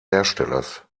herstellers